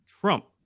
Trump